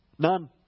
None